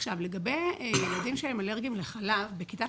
לגבי ילדים שהם אלרגיים לחלב בכיתת